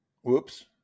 Whoops